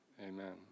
amen